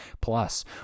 Plus